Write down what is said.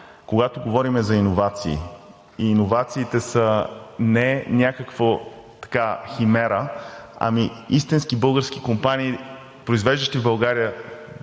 когато говорим за иновации, иновациите са не някаква химера, ами истински български компании, произвеждащи в България,